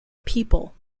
people